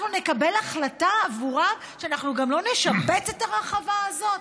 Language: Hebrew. אנחנו נקבל החלטה עבורם שגם לא נשפץ את הרחבה הזאת?